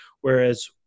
whereas